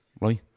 right